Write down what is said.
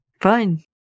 Fine